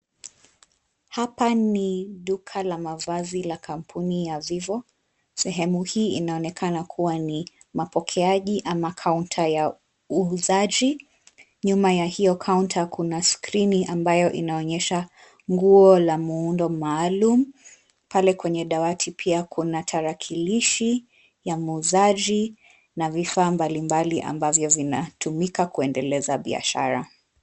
Hapa ni duka la mavazi la kampuni ya Vivo. Sehemu hii inaonekana kuwa ni mapokeaji ama kaunta ya uuzaji. Nyuma ya hiyo kaunta kuna skrini ambayo inaonyesha nguo la muundo maalum. Pale kwenye dawati pia kuna tarakilishi ya muuzaji, na vifaa mbalimbali ambavyo vinatumika kuendeleza biashara.